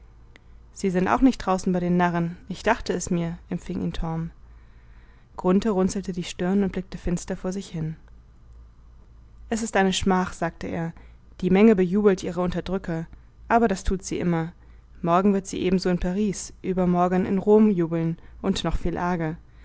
sie sind auch nicht draußen bei den narren ich dachte es mir empfing ihn torm grunthe runzelte die stirn und blickte finster vor sich hin es ist eine schmach sagte er die menge bejubelt ihre unterdrücker aber das tut sie immer morgen wird sie ebenso in paris übermorgen in rom jubeln und noch viel ärger